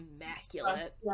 immaculate